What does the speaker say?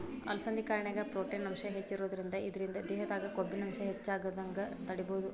ಅಲಸಂಧಿ ಕಾಳಿನ್ಯಾಗ ಪ್ರೊಟೇನ್ ಅಂಶ ಹೆಚ್ಚಿರೋದ್ರಿಂದ ಇದ್ರಿಂದ ದೇಹದಾಗ ಕೊಬ್ಬಿನಾಂಶ ಹೆಚ್ಚಾಗದಂಗ ತಡೇಬೋದು